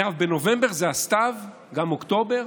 בנובמבר זה הסתיו, גם אוקטובר,